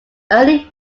early